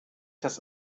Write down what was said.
das